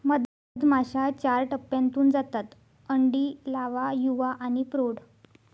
मधमाश्या चार टप्प्यांतून जातात अंडी, लावा, युवा आणि प्रौढ